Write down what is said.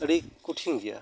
ᱟᱹᱰᱤ ᱠᱩᱴᱷᱤᱱ ᱜᱮᱭᱟ